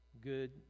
good